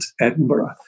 Edinburgh